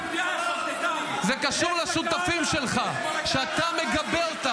יא חרטטן --- זה קשור לשותפים שלך שאתה מגבה,